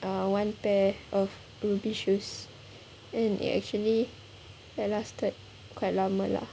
uh one pair of rubi shoes and it actually like lasted quite lama lah